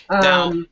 Now